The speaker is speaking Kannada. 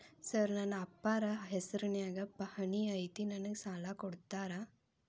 ಸರ್ ನನ್ನ ಅಪ್ಪಾರ ಹೆಸರಿನ್ಯಾಗ್ ಪಹಣಿ ಐತಿ ನನಗ ಸಾಲ ಕೊಡ್ತೇರಾ?